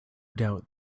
doubt